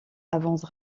avance